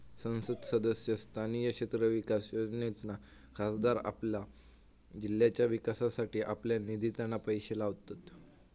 संसद सदस्य स्थानीय क्षेत्र विकास योजनेतना खासदार आपल्या जिल्ह्याच्या विकासासाठी आपल्या निधितना पैशे लावतत